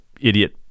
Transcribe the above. idiot